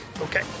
Okay